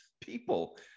people